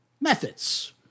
methods